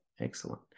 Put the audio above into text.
excellent